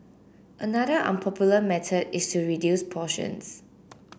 another unpopular method is to reduce portions